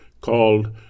called